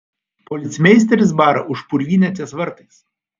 policmeisteris bara už purvynę ties vartais